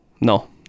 No